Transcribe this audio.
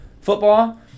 football